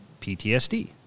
PTSD